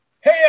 Hey